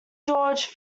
george